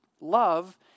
love